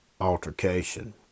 altercation